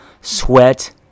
Sweat